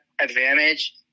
advantage